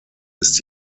ist